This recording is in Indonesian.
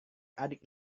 adik